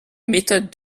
méthode